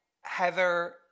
Heather